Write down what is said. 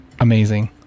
amazing